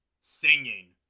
singing